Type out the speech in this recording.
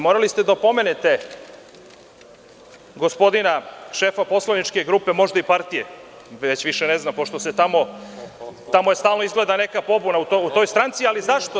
Morali ste da opomenete gospodina šefa poslaničke grupe, možda i partije, više ne znam, pošto je tamo stalno neka pobuna u toj stranci, ali zašto?